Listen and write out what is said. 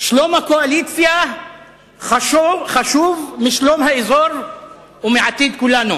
שלום הקואליציה חשוב משלום האזור ומעתיד כולנו.